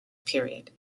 period